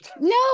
no